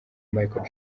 michael